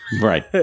Right